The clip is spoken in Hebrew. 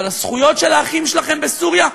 אבל הזכויות של האחים שלכם בסוריה,